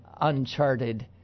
uncharted